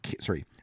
sorry